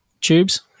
tubes